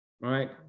right